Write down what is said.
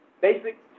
basic